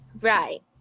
Right